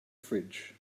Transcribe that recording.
fridge